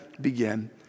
Begin